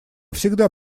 всегда